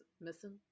missing